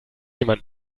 jemand